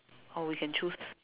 or we can choose